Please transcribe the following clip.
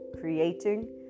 creating